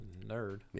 nerd